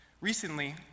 Recently